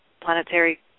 planetary